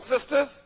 sisters